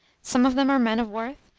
some of them are men of worth,